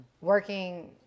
working